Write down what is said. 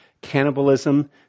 Cannibalism